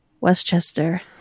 Westchester